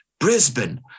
Brisbane